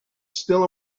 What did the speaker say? still